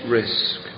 risk